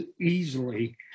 easily